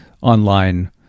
online